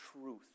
truth